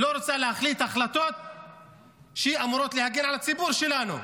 לא רוצה להחליט החלטות שאמורות להגן על הציבור שלנו.